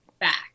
back